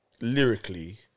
lyrically